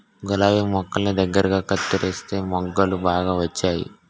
గులాబి మొక్కల్ని దగ్గరగా కత్తెరిస్తే మొగ్గలు బాగా వచ్చేయి